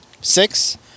six